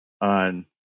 on